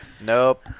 Nope